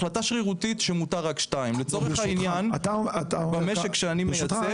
החלטה שרירותית שמותר רק 2. לצורך העניין במשק שאני מייצג- -- ברשותך,